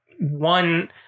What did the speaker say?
one